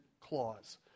clause